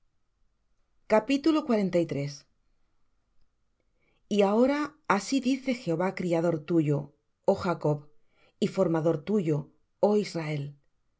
mientes y ahora así dice jehová criador tuyo oh jacob y formador tuyo oh